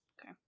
Okay